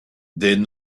then